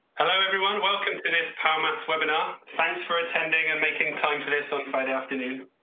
hello everyone, welcome to this power maths webinar. thanks for attending and making time for this on friday afternoon.